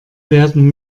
werden